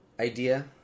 idea